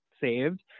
saved